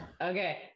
okay